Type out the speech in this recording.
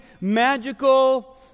magical